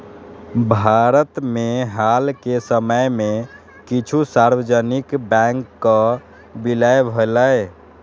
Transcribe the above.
भारत मे हाल के समय मे किछु सार्वजनिक बैंकक विलय भेलैए